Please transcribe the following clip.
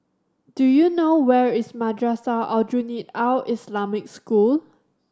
do you know where is Madrasah Aljunied Al Islamic School